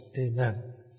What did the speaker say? Amen